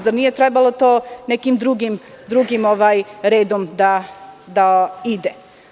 Zar nije trebalo to nekim drugim redom da ide?